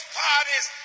parties